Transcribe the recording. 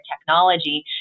technology